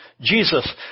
Jesus